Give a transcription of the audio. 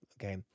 Okay